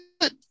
good